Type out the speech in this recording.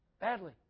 badly